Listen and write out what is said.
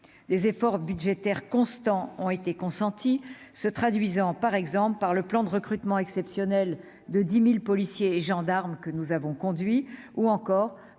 Des efforts budgétaires constants ont été consentis, se traduisant, par exemple, par le plan de recrutement exceptionnel de 10 000 policiers et gendarmes, ou encore